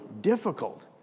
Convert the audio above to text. difficult